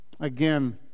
Again